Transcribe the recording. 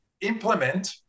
implement